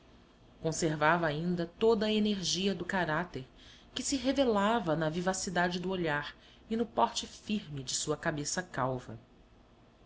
conservava ainda toda a energia do caráter que se revelava na vivacidade do olhar e no porte firme de sua cabeça calva